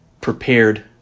prepared